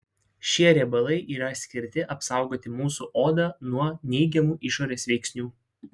šie riebalai yra skirti apsaugoti mūsų odą nuo neigiamų išorės veiksnių